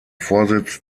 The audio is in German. vorsitz